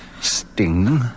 sting